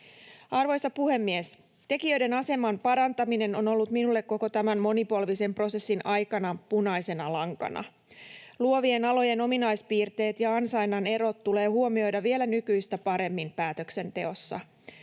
Arvoisa puhemies! Tekijöiden aseman parantaminen on ollut minulle koko tämän monipolvisen prosessin aikana punaisena lankana. Luovien alojen ominaispiirteet ja ansainnan erot tulee huomioida vielä nykyistä paremmin päätöksenteossa.